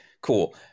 cool